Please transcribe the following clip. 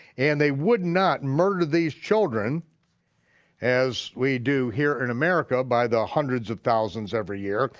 and they would not murder these children as we do here in america by the hundreds of thousands every year,